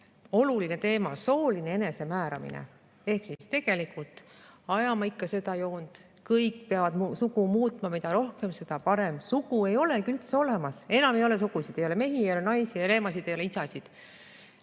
välja – on sooline enesemääramine. Ehk me tegelikult ajame ikka seda joont, et kõik peavad sugu muutma, mida rohkem, seda parem, sugu ei olegi üldse olemas, enam ei ole sugusid, ei ole mehi, ei ole naisi, ei ole emasid, ei ole isasid.